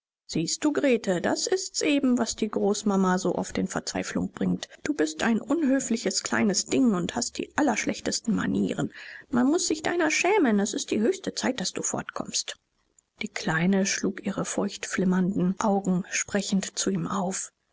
siehst du grete das ist's eben was die großmama so oft in verzweiflung bringt du bist ein unhöfliches kleines ding und hast die allerschlechtesten manieren man muß sich deiner schämen es ist die höchste zeit daß du fortkommst die kleine schlug ihre feuchtflimmernden augen sprechend zu ihm auf